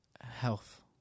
health